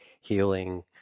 healing